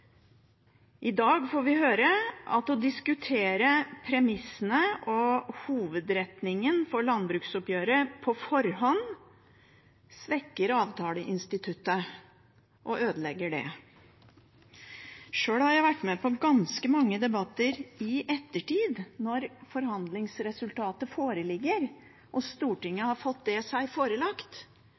I dag får vi høre at å diskutere premissene og hovedretningen for landbruksoppgjøret på forhånd svekker avtaleinstituttet og ødelegger det. Sjøl har jeg vært med på ganske mange debatter i ettertid – når forhandlingsresultatet foreligger, og Stortinget har fått seg det forelagt